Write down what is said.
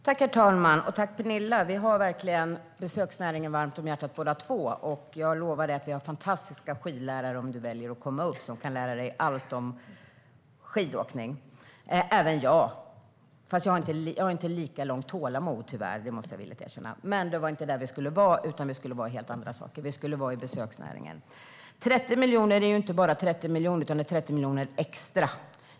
Herr talman! Penilla och jag har verkligen besöksnäringen varmt om hjärtat båda två, och jag lovar henne att vi har fantastiska skidlärare som - om hon väljer att komma upp - kan lära henne allt om skidåkning. Även jag kan göra det, fast jag ska villigt erkänna att jag tyvärr inte har lika mycket tålamod. Det var dock inte det vi skulle tala om, utan vi skulle tala om helt andra saker. Vi skulle tala om besöksnäringen. 30 miljoner är inte bara 30 miljoner, utan det är 30 miljoner extra.